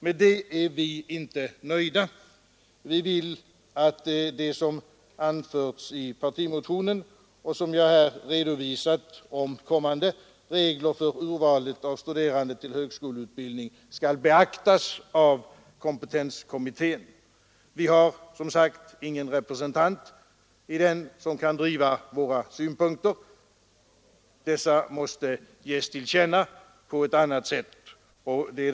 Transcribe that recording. Härmed är vi inte nöjda. Vi vill att det som anförts i partimotionen och som jag här redovisat om kommande regler för urvalet av studerande till högskoleutbildning skall beaktas av kompetenskommittén. Vi har som sagt ingen representant i kommittén som kan framföra våra synpunkter. Dessa måste ges till känna på ett annat sätt.